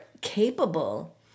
capable